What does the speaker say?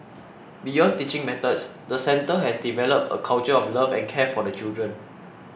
beyond teaching methods the centre has developed a culture of love and care for the children